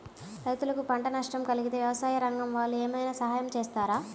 రైతులకు పంట నష్టం కలిగితే వ్యవసాయ రంగం వాళ్ళు ఏమైనా సహాయం చేస్తారా?